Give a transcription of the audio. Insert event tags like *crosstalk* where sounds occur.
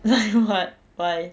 *laughs* what why